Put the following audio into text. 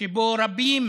ורבים